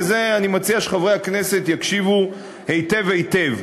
ואני מציע שחברי הכנסת יקשיבו היטב היטב: